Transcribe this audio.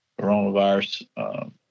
coronavirus